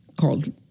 called